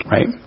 Right